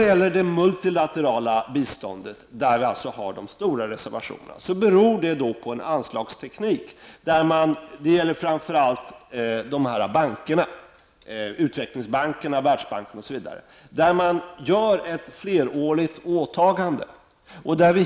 Beträffande det multilaterala biståndet beror de stora reservationer som finns där på en anslagsteknik som har att göra med bankerna, utvecklingsbankerna, Världsbanken, osv., där man gör ett flerårigt åtagande.